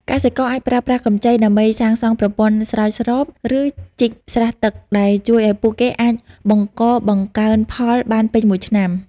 កសិករអាចប្រើប្រាស់កម្ចីដើម្បីសាងសង់ប្រព័ន្ធស្រោចស្រព ឬជីកស្រះទឹក ដែលជួយឱ្យពួកគេអាចបង្កបង្កើនផលបានពេញមួយឆ្នាំ។